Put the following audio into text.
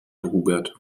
hubert